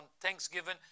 Thanksgiving